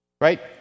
Right